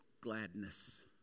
gladness